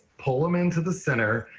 pull them into the center,